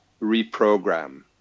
reprogram